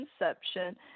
Inception